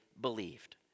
believed